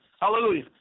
Hallelujah